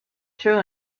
true